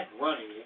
running